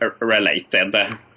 related